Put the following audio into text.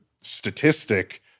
statistic